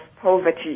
poverty